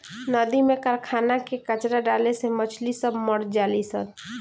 नदी में कारखाना के कचड़ा डाले से मछली सब मर जली सन